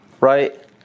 right